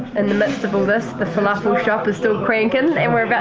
in the midst of all this, the falafel shop is still cranking, and we're